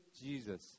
Jesus